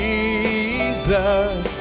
Jesus